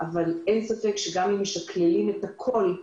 אבל אין ספק שאם משקללים את הכול,